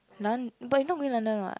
none but you not going to London what